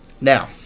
now